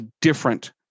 different